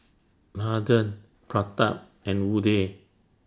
Nathan Pratap and Udai